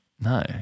No